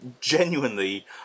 Genuinely